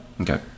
okay